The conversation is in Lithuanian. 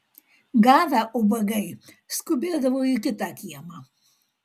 gavę ubagai skubėdavo į kitą kiemą